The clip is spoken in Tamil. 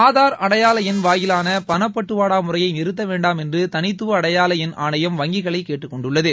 ஆதார் அடையாள எண் வாயிலான பண பட்டுவாடா முறையை நிறுத்த வேண்டாம் என்று தனித்துவ அடையாள எண் ஆணையம் வங்கிகளைக் கேட்டுக் கொண்டுள்ளது